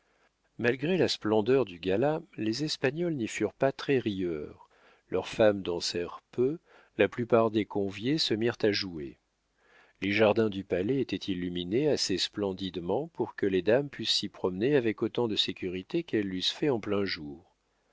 malgré la splendeur du gala les espagnols n'y furent pas très rieurs leurs femmes dansèrent peu la plupart des conviés se mirent à jouer les jardins du palais étaient illuminés assez splendidement pour que les dames pussent s'y promener avec autant de sécurité qu'elles l'eussent fait en plein jour